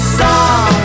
song